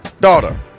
daughter